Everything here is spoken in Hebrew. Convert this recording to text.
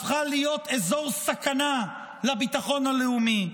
הפכה להיות אזור סכנה לביטחון הלאומי,